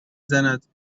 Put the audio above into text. زند